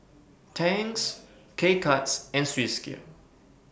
Tangs K Cuts and Swissgear